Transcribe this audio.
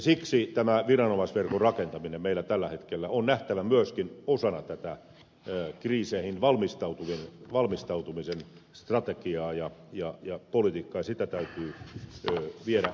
siksi tämä viranomaisverkon rakentaminen meillä tällä hetkellä on nähtävä myöskin osana tätä kriiseihin valmistautumisen strategiaa ja politiikkaa ja sitä täytyy viedä eteenpäin